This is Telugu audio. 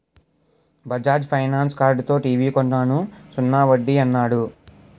బజాజ్ ఫైనాన్స్ కార్డుతో టీవీ కొన్నాను సున్నా వడ్డీ యన్నాడు